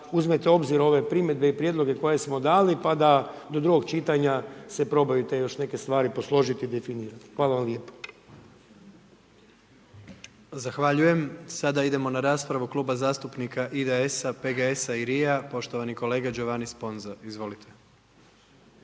uzmete u obzir ove primjedbe i prijedloge koje smo dali pa da do drugog čitanja se probaju te još neke stvari posložiti i definirati, hvala vam lijepa. **Jandroković, Gordan (HDZ)** Sada idemo na raspravu Kluba zastupnika IDS-a, PGS-a i RI-a, poštovani kolega Giovanni Sponza. Izvolite.